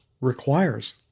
requires